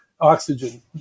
oxygen